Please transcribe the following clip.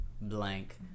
blank